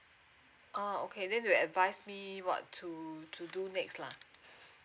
oh okay then you advise me what to do next lah